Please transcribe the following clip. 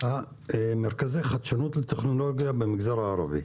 מרכזי החדשנות לטכנולוגיה במגזר הערבי.